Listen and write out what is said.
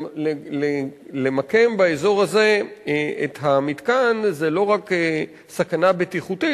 למקם באזור הזה את המתקן זה לא רק סכנה בטיחותית,